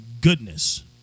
goodness